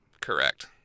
correct